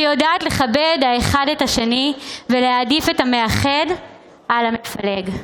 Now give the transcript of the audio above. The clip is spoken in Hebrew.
שיודעת לכבד האחד את השני ולהעדיף את המאחד על המפלג.